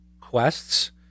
quests